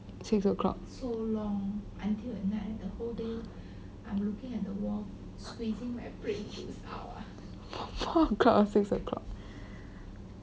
six o' clock until six o' clock